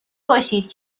باشید